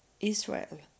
Israel